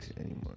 anymore